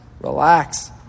relax